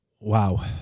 wow